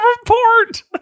report